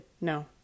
no